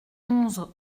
onze